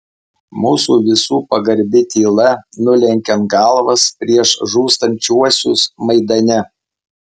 mūsų visų pagarbi tyla nulenkiant galvas prieš žūstančiuosius maidane